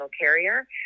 carrier